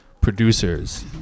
producers